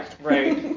right